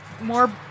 more